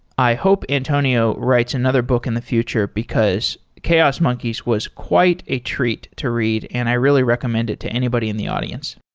i hope antonio writes another book in the future, because chaos monkeys was quite a treat to read and i really recommend it to anybody in the audience.